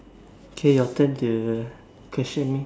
okay your turn to question me